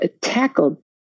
tackled